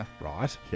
right